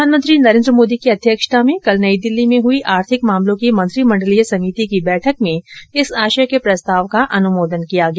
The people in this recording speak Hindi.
प्रधानमंत्री नरेंद्र मोदी की अध्यक्षता में कल नई दिल्ली में हुई आर्थिक मामलों की मंत्रिमंडलीय समिति की बैठक में इस आशय के प्रस्ताव का अनुमोदन किया गया